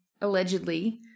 allegedly